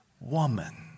woman